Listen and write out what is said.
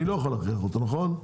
אני לא יכול להכריח אותו, נכון?